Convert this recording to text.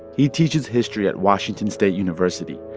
he teaches history at washington state university.